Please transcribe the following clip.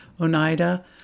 Oneida